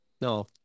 No